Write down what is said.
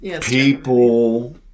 People